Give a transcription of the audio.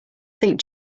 think